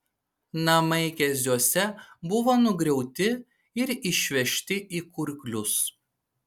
namai keziuose buvo nugriauti ir išvežti į kurklius